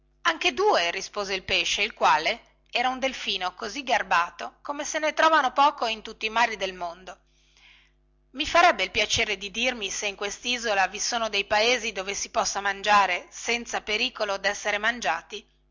anche due rispose il pesce il quale era un delfino così garbato come se ne trovano pochi in tutti i mari del mondo i farebbe il piacere di dirmi se in questisola vi sono dei paesi dove si possa mangiare senza pericolo desser mangiati